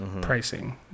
pricing